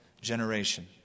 generation